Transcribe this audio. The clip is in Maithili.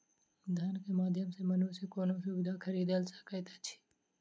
धन के माध्यम सॅ मनुष्य कोनो सुविधा खरीदल सकैत अछि